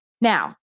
Now